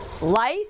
Life